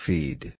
Feed